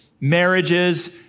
marriages